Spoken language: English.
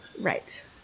Right